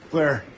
Claire